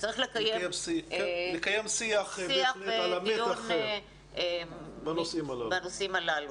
וצריך לקיים שיח ודיון בנושאים הללו.